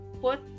put